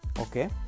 okay